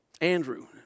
Andrew